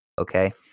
okay